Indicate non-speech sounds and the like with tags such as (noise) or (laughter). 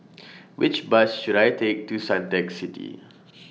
(noise) Which Bus should I Take to Suntec City